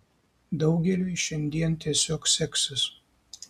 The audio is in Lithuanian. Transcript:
daugeliui šiandien tiesiog seksis